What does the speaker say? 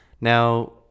now